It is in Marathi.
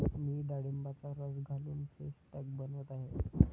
मी डाळिंबाचा रस घालून फेस पॅक बनवत आहे